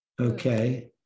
Okay